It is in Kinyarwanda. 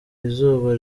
izuba